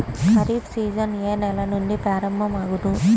Kharif season ఏ నెల నుండి ప్రారంభం అగును?